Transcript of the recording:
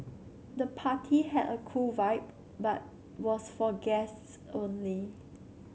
the party had a cool vibe but was for guests only